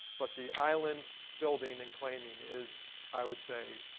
but the island building and claiming is, i would say,